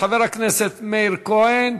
חבר הכנסת מאיר כהן,